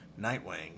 Nightwing